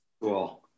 cool